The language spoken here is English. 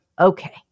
okay